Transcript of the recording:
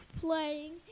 playing